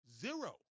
zero